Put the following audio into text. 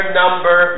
number